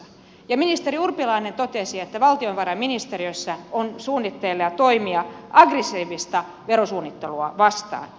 ja ministeri urpilainen totesi että valtiovarainministeriössä on suunnitteilla toimia aggressiivista verosuunnittelua vastaan